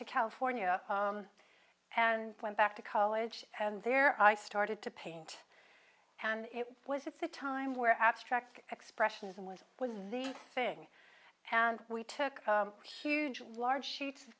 to california and went back to college and there i started to paint and it was at the time where abstract expressionism which was the thing and we took huge large sheets of